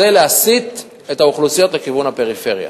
זה להסיט אוכלוסיות לכיוון הפריפריה.